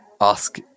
ask